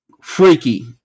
Freaky